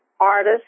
artist